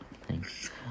Thanks